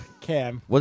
Cam